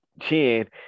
chin